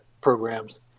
programs